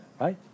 Right